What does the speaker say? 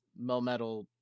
Melmetal